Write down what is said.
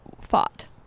fought